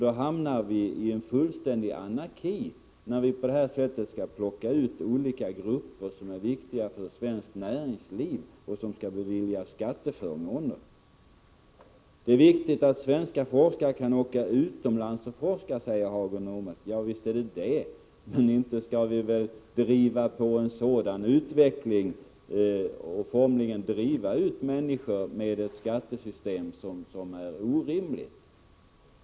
Då hamnar vi i fullständig anarki, när vi på det här sättet skall plocka ut olika grupper som är viktiga för svenskt näringsliv och som skall beviljas skatteförmåner. Det är viktigt att svenska forskare kan åka utomlands och forska, säger Hagar Normark. Ja, visst är det så, men inte skall vi väl driva på en sådan utveckling och formligen driva ut människor med ett skattesystem som är orimligt.